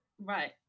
Right